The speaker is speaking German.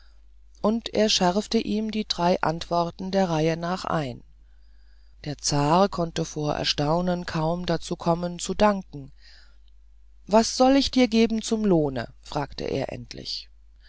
und er schärfte ihm die drei antworten der reihe nach ein der zar konnte vor erstaunen kaum dazu kommen zu danken was soll ich dir geben zum lohne fragte er endlich